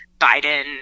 Biden